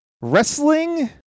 wrestling